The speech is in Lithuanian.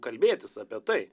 kalbėtis apie tai